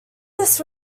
this